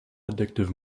addictive